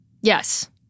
Yes